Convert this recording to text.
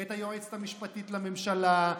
את היועצת המשפטית לממשלה,